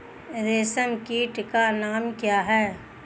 रेशम कीट का नाम क्या है?